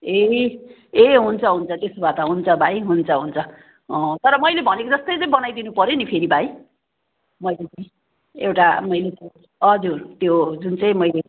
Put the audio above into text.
ए ए हुन्छ हुन्छ त्यसो भए त हुन्छ भाइ हुन्छ हुन्छ तर मैले भनेको जस्तै चाहिँ बनाइदिनु पर्यो नि फेरि भाइ मैले पनि एउटा मैले पनि हजुर त्यो जुन चाहिँ मैले